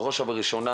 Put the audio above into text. בראש ובראשונה